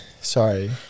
sorry